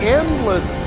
endless